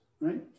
right